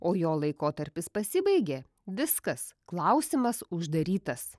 o jo laikotarpis pasibaigė viskas klausimas uždarytas